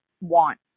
want